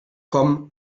kommen